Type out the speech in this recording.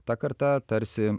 ta karta tarsi